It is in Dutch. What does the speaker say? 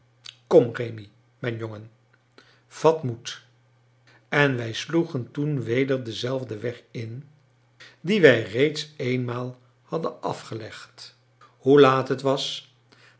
mijn jongen vat moed en wij sloegen toen weder denzelfden weg in dien wij reeds eenmaal hadden afgelegd hoe laat het was